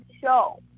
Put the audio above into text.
show